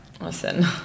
listen